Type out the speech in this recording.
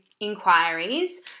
Inquiries